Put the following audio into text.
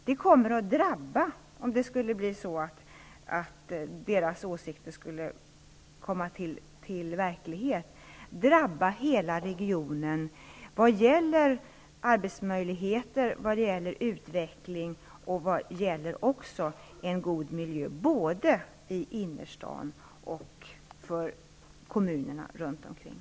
Om Centerns förslag förverkligades, skulle hela regionen drabbas vad gäller arbetsmöjligheter, utveckling och en god miljö både i innerstaden och i kommunerna runt omkring.